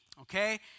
okay